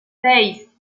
seis